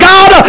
God